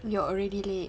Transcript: you're already late